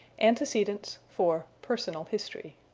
antecedents for personal history.